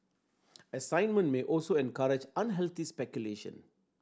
assignment may also encourage unhealthy speculation